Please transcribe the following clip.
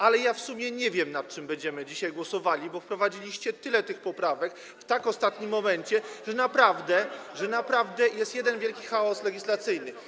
Ale ja w sumie nie wiem, nad czym będziemy dzisiaj głosowali, bo wprowadziliście tyle tych poprawek, tak w ostatnim momencie, że naprawdę, naprawdę jest jeden wielki chaos legislacyjny.